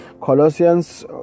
Colossians